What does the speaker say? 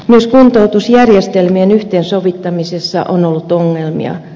myös kuntoutusjärjestelmien yhteensovittamisessa on ollut ongelmia